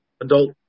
adult